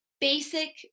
basic